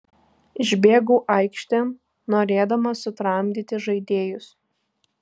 išbėgau aikštėn norėdamas sutramdyti žaidėjus